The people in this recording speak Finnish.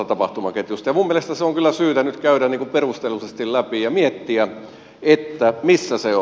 minun mielestäni se on kyllä syytä nyt käydä perusteellisesti läpi ja miettiä missä se on